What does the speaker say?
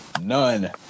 None